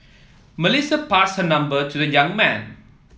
Melissa passed her number to the young man